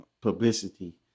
Publicity